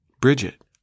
Bridget